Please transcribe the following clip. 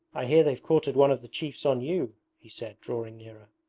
i hear they've quartered one of the chiefs on you he said, drawing nearer.